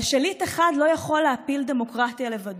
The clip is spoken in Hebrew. אבל שליט אחד לא יכול להפיל דמוקרטיה לבדו,